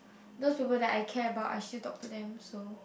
those people that I care about I still talk to them so